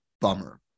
bummer